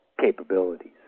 capabilities